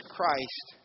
Christ